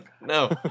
No